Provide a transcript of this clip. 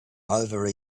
over